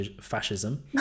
fascism